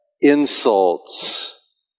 insults